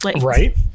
Right